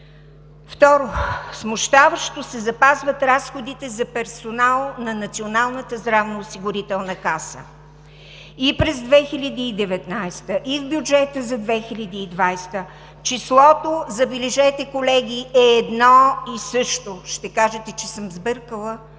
Второ, смущаващо се запазват разходите за персонал на Националната здравноосигурителна каса. И през 2019 г., и в бюджета за 2020 г. числото – забележете, колеги – е едно и също. Ще кажете, че съм сбъркала.